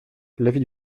l’avis